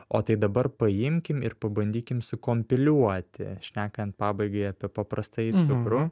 o tai dabar paimkim ir pabandykim sukompiliuoti šnekant pabaigai apie paprastąjį cukrų